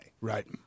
Right